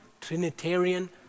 Trinitarian